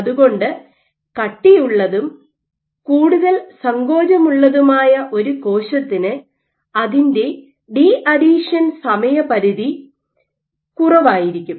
അതുകൊണ്ട് കട്ടിയുള്ളതും കൂടുതൽ സങ്കോചമുള്ളതുമായ ഒരു കോശത്തിന് അതിന്റെ ഡീഅഡീഹഷൻ സമയപരിധി കുറവായിരിക്കും